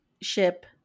ship